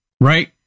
Right